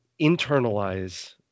internalize